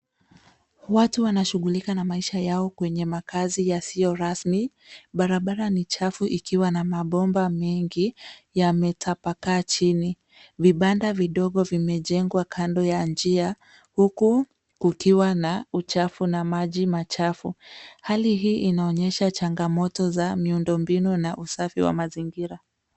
Watu wanashughulika na maisha yao kwenye makazi yasiyo rasmi. Barabara ni chafu ikiwa na mabomba mengi yametapakaa chini. Vibanda vidogo vimejengwa kando ya njia huku kukiwa na uchafu na maji machafu. Hali hii inaonyesha changamoto za miundo mbinu na usafi wa mazingira.